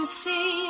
see